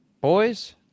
Boys